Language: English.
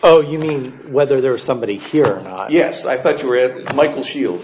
oh you mean whether there was somebody here yes i thought you were it michael shields